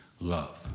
love